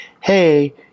hey